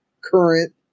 current